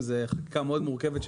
זה חקיקה מאוד מורכבת,